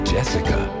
Jessica